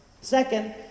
Second